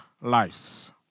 lives